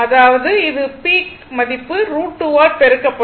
அதாவது இது பீக் மதிப்பு √2 ஆல் பெருக்கப்படும்